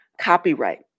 copyright